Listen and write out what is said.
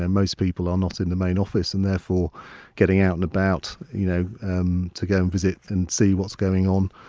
most people are not in the main office and therefore getting out and about you know um to go and visit and see what's going on,